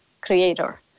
creator